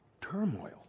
turmoil